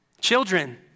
children